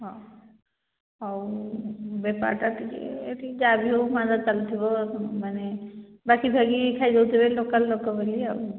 ହଁ ଆଉ ବେପାରଟା ଟିକେ ଟିକେ ଯାହା ବି ହଉ ମାନ୍ଦା ଚାଲିଥିବ ମାନେ ବାକି ଫାକି ଖାଇ ଦେଉଥିବେ ଲୋକାଲ ଲୋକ ବୋଲି କି ଆଉ